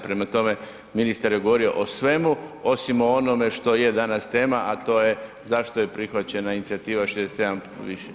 Prema tome, ministar je govorio o svemu osim o onome što je danas tema, a to je zašto je prihvaćena inicijativa 67 je previše.